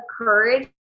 courage